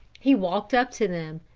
he walked up to them.